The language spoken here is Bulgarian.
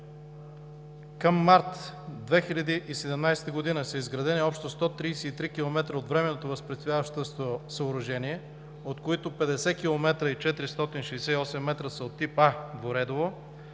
Към март 2017 г. са изградени общо 133 км от временното възпрепятстващо съоръжение, от които 50,468 км са от тип „А“ – двуредово;